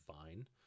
fine